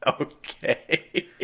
Okay